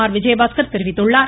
R Vijayabaskar தெரிவித்துள்ளார்